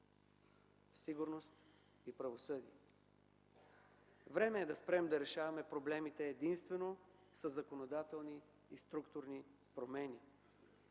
сигурност и правосъдие. Време е да спрем да решаваме проблемите единствено със законодателни и структурни промени.